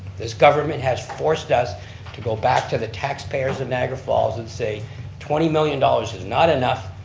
this government has forced us to go back to the taxpayers of niagara falls, and say twenty million dollars is not enough,